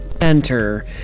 Enter